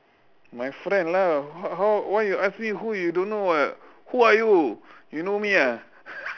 my friend lah how how why you ask me who you don't know [what] who are you you know me ah